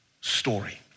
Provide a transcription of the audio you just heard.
story